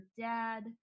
dad